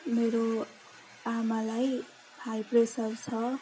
मेरो आमालाई high pressure छ